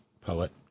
poet